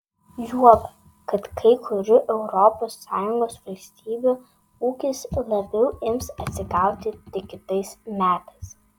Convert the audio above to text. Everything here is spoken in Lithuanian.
juoba kad kai kurių europos sąjungos valstybių ūkis labiau ims atsigauti tik kitais metais